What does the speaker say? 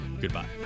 goodbye